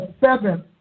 seven